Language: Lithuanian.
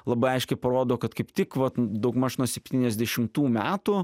labai aiškiai parodo kad kaip tik vat daugmaž nuo septyniasdešimtų metų